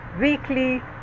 weekly